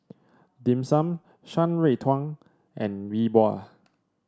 Dim Sum Shan Rui Tang and Yi Bua